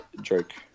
joke